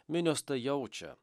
minios tą jaučia